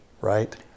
right